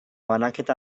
banaketa